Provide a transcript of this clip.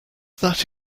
that